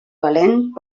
valent